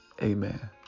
Amen